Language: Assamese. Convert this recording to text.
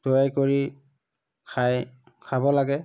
তৈয়াৰ কৰি খাই খাব লাগে